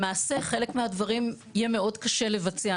למעשה חלק מהדברים יהיה מאוד קשה לבצע.